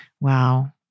Wow